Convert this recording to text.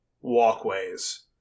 walkways